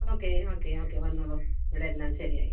okay okay okay വന്നോളൂ ഇവിടെ എല്ലാം ശരിയായി